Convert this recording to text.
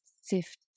sift